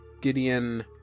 gideon